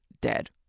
dead